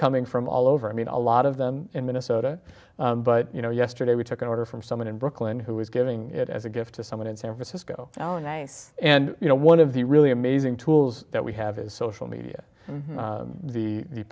coming from all over i mean a lot of them in minnesota but you know yesterday we took an order from someone in brooklyn who was giving it as a gift to someone in san francisco oh nice and you know one of the really amazing tools that we have is social media